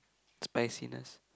spiciness